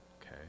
okay